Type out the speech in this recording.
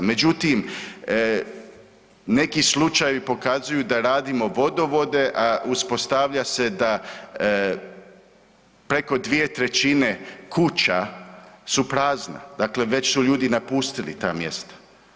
Međutim, neki slučajevi pokazuju da radimo vodovode, a uspostavlja se da preko 2/3 kuća su prazne, dakle već su ljudi napustili ta mjesta.